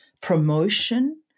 promotion